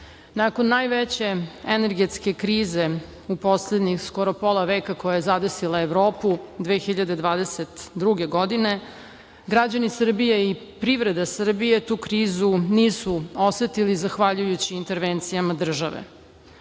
Nakon najveće energetske krize u poslednjih skoro pola veka koja je zadesila Evropu 2022. godine, građani Srbije i privreda Srbije tu krizu nisu osetili zahvaljujući intervencijama države.